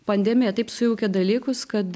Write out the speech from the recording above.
pandemija taip sujaukė dalykus kad